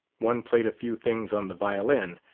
one played a few things on the violin.